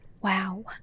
Wow